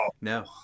No